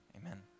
amen